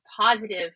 positive